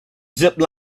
zip